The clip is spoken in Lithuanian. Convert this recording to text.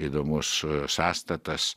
įdomus sąstatas